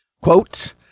Quote